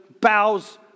bows